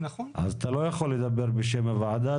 אז אתה לא יכול לדבר בשם הוועדה,